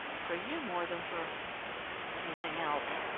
for you more than for anything else.